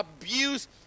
abuse